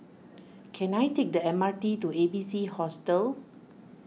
can I take the M R T to A B C Hostel